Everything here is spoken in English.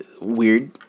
weird